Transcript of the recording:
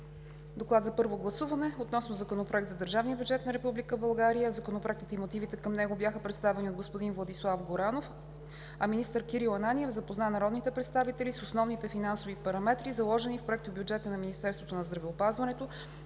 „ДОКЛАД за първо гласуване относно Законопроекта за държавния бюджет на Република България Законопроектът и мотивите към него бяха представени от господин Владислав Горанов, а министър Кирил Ананиев запозна народните представители с основните финансови параметри, заложени в проектобюджета на Министерството на здравеопазването.